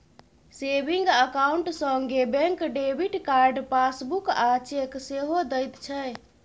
saving account संगे bank debit card, passbook आ cheque सेहो दैत छै